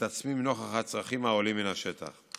ומתעצמים נוכח הצרכים העולים מן השטח.